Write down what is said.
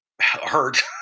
hurt